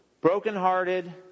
Brokenhearted